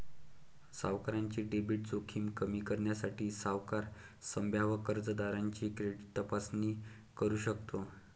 सावकाराची क्रेडिट जोखीम कमी करण्यासाठी, सावकार संभाव्य कर्जदाराची क्रेडिट तपासणी करू शकतो